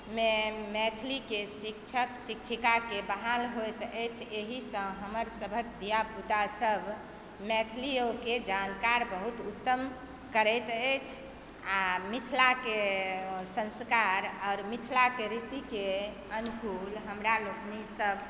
मैथिलीके शिक्षक शिक्षिकाकेँ बहाल होइत अछि एहिसँ हमर सभके धियापुता सब मैथिलियोके जानकार बहुत उत्तम करैत अछि आओर मिथिलाके संस्कार आओर मिथिलाके रीतिके अनुकूल हमरा लोकनि सब